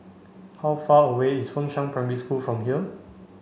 how far away is Fengshan Primary School from here